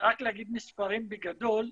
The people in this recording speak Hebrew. רק להגיד מספרים בגדול.